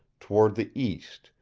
toward the east,